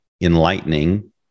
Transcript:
enlightening